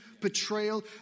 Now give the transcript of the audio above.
betrayal